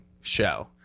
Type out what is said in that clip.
show